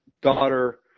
daughter